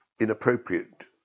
inappropriate